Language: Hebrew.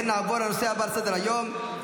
אם כן,